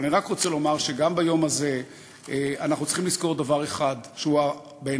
אני רק רוצה לומר שגם ביום הזה אנחנו צריכים לזכור דבר אחד שהוא בעיני,